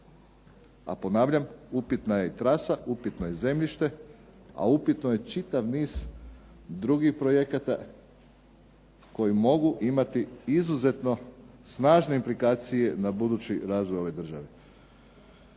A ponavljam, upitna je trasa, upitno je zemljište, a upitno je čitav niz drugih projekata koji migu imati izuzetno snažne implikacije na budući razvoj ove države.